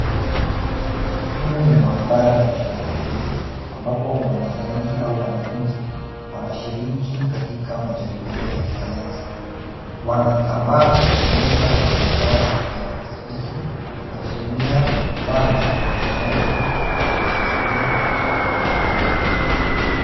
Sehemu ya maabara ya kisayansi ambapo wanakisayansi au wanafunzi wanashiriki katika majaribio ya kisayansi. Wanatambaa kwenye meza na vifaa vya utafiti wakitumia zana za kisayansi za kushikilia vitu mbalimbali.